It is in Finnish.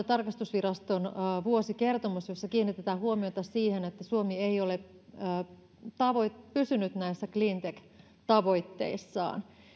tarkastusviraston vuosikertomus jossa kiinnitetään huomiota siihen että suomi ei ole pysynyt näissä cleantech tavoitteissaan